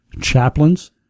chaplains